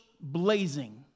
blazing